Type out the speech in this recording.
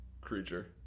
creature